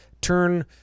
Turn